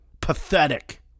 Pathetic